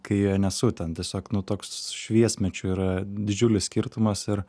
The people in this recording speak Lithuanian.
kai nesu ten tiesiog nu toks šviesmečių yra didžiulis skirtumas ir